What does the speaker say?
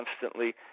constantly